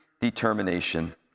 determination